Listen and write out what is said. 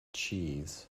cheese